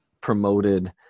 promoted